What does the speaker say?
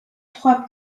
trois